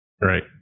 Right